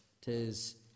tis